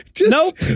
Nope